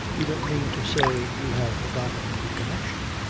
you don't mean to say you have forgotten the connection?